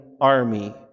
army